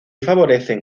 favorecen